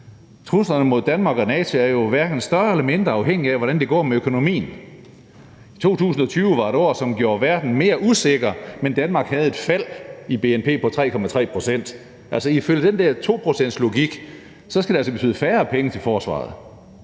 Truslerne mod Danmark og NATO er jo hverken større eller mindre, afhængigt af hvordan det går med økonomien. 2020 var et år, som gjorde verden mere usikker. Danmark havde et fald i bnp på 3,3 pct., og ifølge den der 2-procentslogik skal det altså betyde færre penge til forsvaret.